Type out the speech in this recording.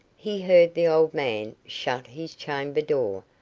he heard the old man shut his chamber door,